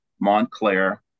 Montclair